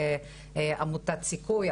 עמותת סיכוי,